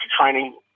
training